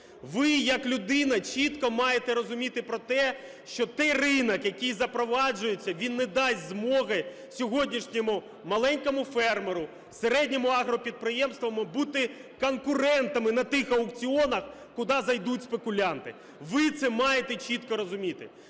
Ви як людина чітко маєте розуміти про те, що той ринок, який запроваджується, він не дасть змоги сьогоднішньому маленькому фермеру, середньому агропідприємству бути конкурентами на тих аукціонах, куди зайдуть спекулянти. Ви це маєте чітко розуміти.